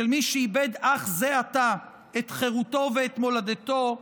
של מי שאיבד אך זה עתה את חירותו ואת מולדתו,